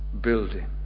building